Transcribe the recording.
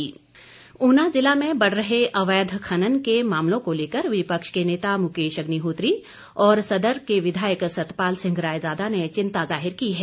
अवैध खनन ऊना जिला में बढ़ रहे अवैध खनन के मामलों को लेकर विपक्ष के नेता मुकेश अग्रिहोत्री और सदर के विधायक सतपाल सिंह रायजादा ने चिंता जाहिर की है